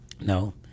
No